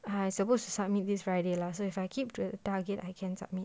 ah I supposed to submit this friday lah so if I keep to the target I can submit